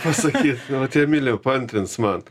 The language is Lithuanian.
pasakyt vad emilija paantrins man